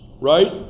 right